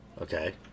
Okay